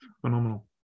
Phenomenal